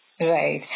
Right